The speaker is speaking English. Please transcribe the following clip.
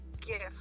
gift